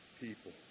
people